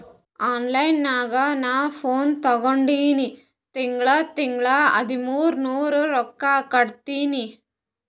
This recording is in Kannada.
ಆನ್ಲೈನ್ ನಾಗ್ ನಾ ಫೋನ್ ತಗೊಂಡಿನಿ ತಿಂಗಳಾ ತಿಂಗಳಾ ಹದಿಮೂರ್ ನೂರ್ ರೊಕ್ಕಾ ಕಟ್ಟತ್ತಿನಿ